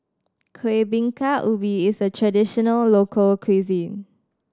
Kuih Bingka Ubi is a traditional local cuisine